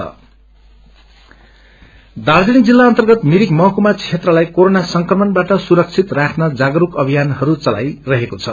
मिरिक दार्जीलिङ जिल्ला अर्न्तगत मिरिक महकुमा क्षेत्रलाई क्षेरोना संक्रमणबाट सुरक्षित राख्न जागस्क अभियानहरू चलाइरहेको छ